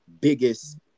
biggest